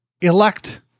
elect